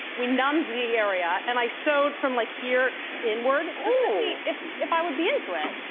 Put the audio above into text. we numbed the area and i sewed from like here inward, just to see if if i would be into it.